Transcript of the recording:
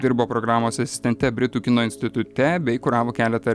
dirbo programos asistente britų kino institute bei kuravo keletą